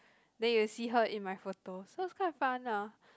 then you will see her in my photos so it's quite fun ah